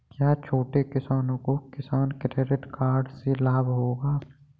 क्या छोटे किसानों को किसान क्रेडिट कार्ड से लाभ होगा?